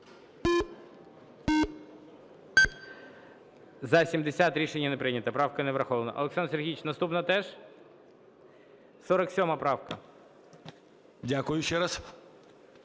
За-70 Рішення не прийнято, правка не врахована. Олександр Сергійович, наступна теж? 47-а правка. 11:29:37